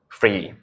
free